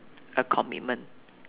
a commitment